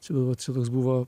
šita vat šitas buvo